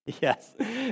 Yes